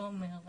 תומר,